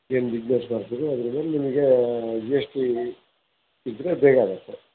ಏನು ಬಿಸ್ನೆಸ್ ಮಾಡ್ತೀರೋ ಅದರ ಮೇಲೆ ನಿಮಗೆ ಜಿ ಎಸ್ ಟಿ ಇದ್ದರೆ ಬೇಗ ಆಗತ್ತೆ